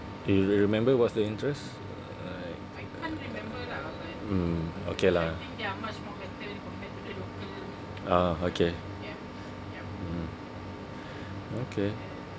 you remember what's the interest like uh mm okay lah ah okay mm okay